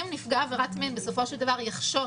אם נפגע עבירת מין בסופו של דבר יחשוש,